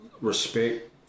respect